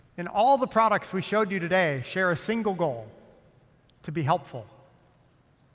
and all the products we showed you today share a single goal to be helpful.